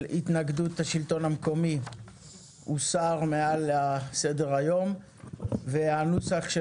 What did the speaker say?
התנגדות השלטון המקומי הוסר מעל סדר היום והנוסח של